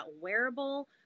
wearable